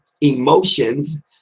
emotions